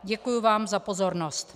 Děkuji vám za pozornost.